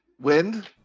Wind